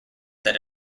that